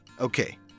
Okay